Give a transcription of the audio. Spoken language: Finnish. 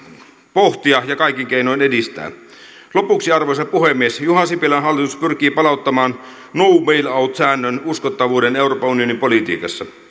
pohtia ja kaikin keinoin edistää lopuksi arvoisa puhemies juha sipilän hallitus pyrkii palauttamaan no bail out säännön uskottavuuden euroopan unionin politiikassa